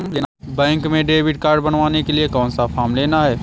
Bank में debit card बनवाने के लिए कौन सा फॉर्म लेना है?